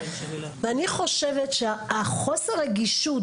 ואני חושבת שחוסר הרגישות,